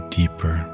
deeper